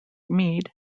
meade